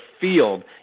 field